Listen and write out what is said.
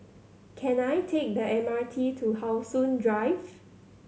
can I take the M R T to How Sun Drive